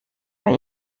bei